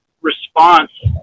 response